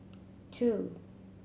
two